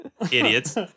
Idiots